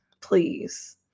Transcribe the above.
please